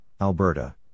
Alberta